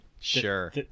Sure